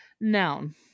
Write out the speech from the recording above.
Noun